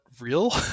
real